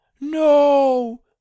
No